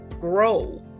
grow